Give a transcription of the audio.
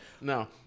No